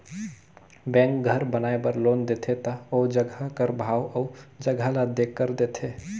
bank घर बनाए बर लोन देथे ता ओ जगहा कर भाव अउ जगहा ल देखकर देथे